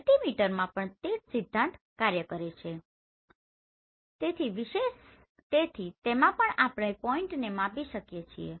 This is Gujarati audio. અલ્ટિમિટરમાં પણ તે જ સિદ્ધાંત કાર્ય કરે છે તેથી તેમાં પણ આપણે પોઇન્ટને માપી શકીએ છીએ